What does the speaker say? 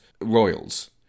Royals